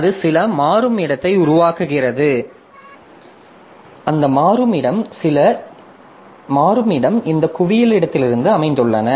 அது சில மாறும் இடத்தை உருவாக்குகிறது அந்த மாறும் இடம் இந்த குவியல் இடத்திலிருந்து அமைந்துள்ளன